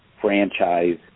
franchise